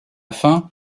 fin